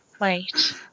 wait